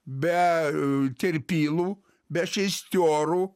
be terpylų be šestiorų